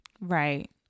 Right